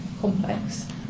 complex